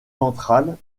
ventrale